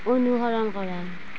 অনুসৰণ কৰা